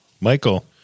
Michael